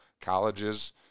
colleges